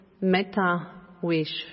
meta-wish